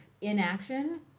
Inaction